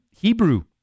Hebrew